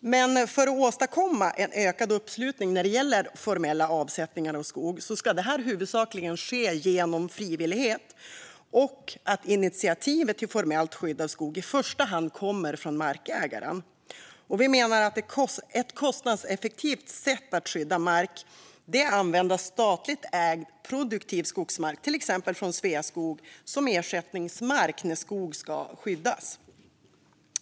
Men för att åstadkomma en ökad uppslutning när det gäller formella avsättningar av skog ska detta huvudsakligen ske genom frivillighet och genom att initiativet till formellt skydd av skog i första hand kommer från markägaren. Vi menar att ett kostnadseffektivt sätt att skydda mark är att använda statligt ägd produktiv skogsmark, till exempel från Sveaskog, som ersättningsmark när skog ska skyddas.